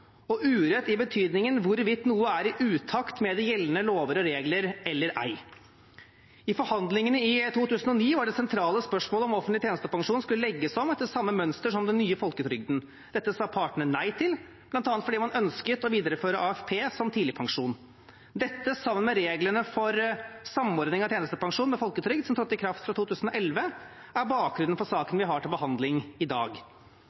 og urett i betydningen hvorvidt noe er i utakt med de gjeldende lover og regler eller ei. I forhandlingene i 2009 var det sentrale spørsmålet om offentlig tjenestepensjon skulle legges om etter samme mønster som den nye folketrygden. Det sa partene nei til, bl.a. fordi man ønsket å videreføre AFP som tidligpensjon. Dette, sammen med reglene for samordning av tjenestepensjon med folketrygd, som trådte i kraft fra 2011, er bakgrunnen for saken vi har til behandling i dag.